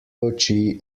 oči